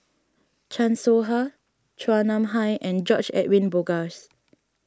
Chan Soh Ha Chua Nam Hai and George Edwin Bogaars